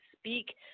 speak